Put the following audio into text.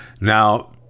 now